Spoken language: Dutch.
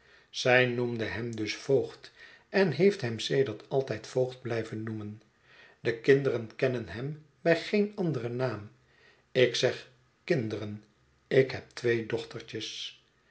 zij noemde hem dus voogd en heeft hem sedert altijd voogd blijven noemen de kinderen kennen hem bij géén anderen naam ik zeg kinderen ik heb twee dochtertjes